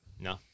No